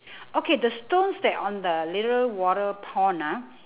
okay the stones that on the little water pond ah